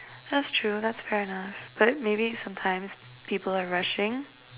that's true that's fair enough but maybe sometimes people are rushing